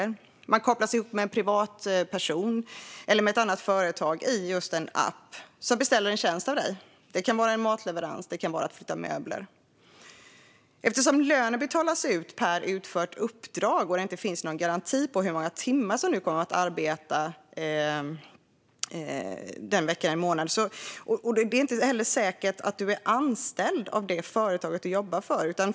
Man kopplas just genom en app ihop med en privatperson eller ett annat företag som beställer en tjänst av dig. Det kan vara en matleverans eller att flytta möbler. Lönen betalas ut per utfört uppdrag, och det finns inte någon garanti för hur många timmar man kommer att arbeta den veckan eller månaden. Det är inte heller säkert att man är anställd av det företag man jobbar för.